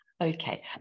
Okay